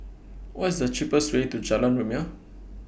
What IS The cheapest Way to Jalan Rumia